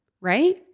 right